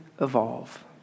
evolve